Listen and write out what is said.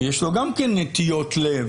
כי יש לו גם כן נטיות לב,